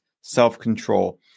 self-control